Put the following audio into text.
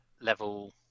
level